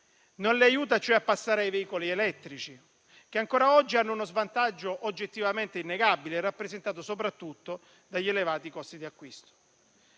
non le aiuta, cioè, a passare ai veicoli elettrici, che ancora oggi hanno uno svantaggio oggettivamente innegabile, rappresentato soprattutto dagli elevati costi di acquisto.